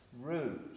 rude